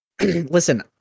Listen